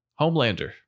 Homelander